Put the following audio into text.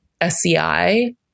SCI